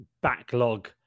backlog